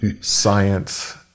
science